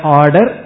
order